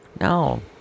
No